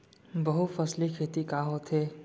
बहुफसली खेती का होथे?